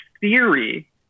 theory